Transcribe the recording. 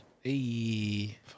Hey